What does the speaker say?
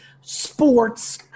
sports